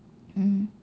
mm